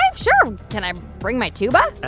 sure. can i bring my tuba?